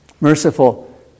merciful